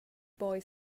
boy